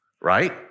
right